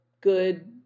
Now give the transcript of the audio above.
good